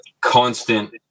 constant